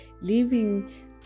leaving